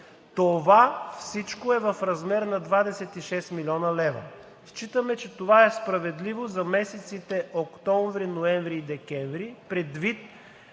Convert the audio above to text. Това всичко е в размер на 26 млн. лв. Считаме, че това е справедливо за месеците октомври, ноември и декември, предвид